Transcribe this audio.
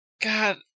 god